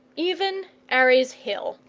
even ares' hill.